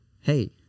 hey